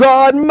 God